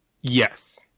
yes